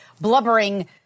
blubbering